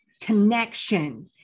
connection